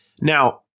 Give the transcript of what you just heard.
Now